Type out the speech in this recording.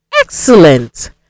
Excellent